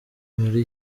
muri